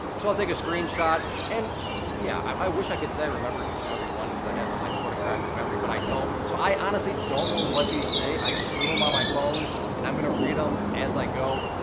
so i'll take a screenshot and yeah. i i wish i could say i remember each and every one cause i have some like photographic memory, but i don't, so i honestly don't know what these say, i just threw em on my phone and i'm gonna read em um as i go.